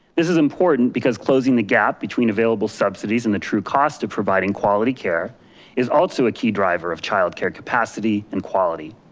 this is important because closing the gap between available subsidies and the true cost of providing quality care is also a key driver of childcare capacity and quality.